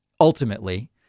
Ultimately